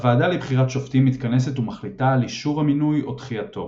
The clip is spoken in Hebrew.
הוועדה לבחירת שופטים מתכנסת ומחליטה על אישור המינוי או דחייתו.